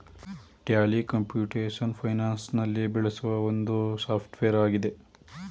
Tally computation finance ನಲ್ಲಿ ಬೆಳೆಸುವ ಒಂದು ಸಾಫ್ಟ್ವೇರ್ ಆಗಿದೆ